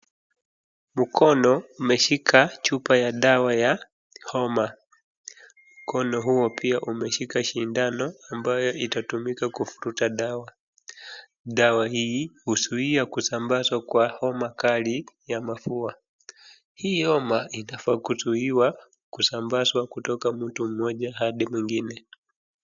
Mkono umeshika chupa ya dawa ya homa. Mkono huo pia umeshika shindano ambayo itatumika kuvuruta dawa. Dawa hii huzuia kusambazwa kwa homa kali ya mafua. Hii homa inafaa kuzuiwa kusambazwa kutoka mtu mmoja hadi mwingine.